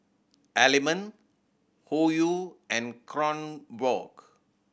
Element Hoyu and Kronenbourg